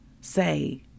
say